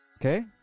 Okay